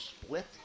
split